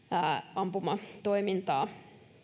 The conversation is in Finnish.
ampumatoimintaa